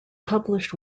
published